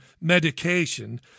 medication